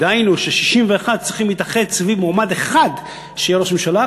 דהיינו ש-61 צריכים להתאחד סביב מועמד אחד שיהיה ראש הממשלה,